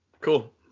Cool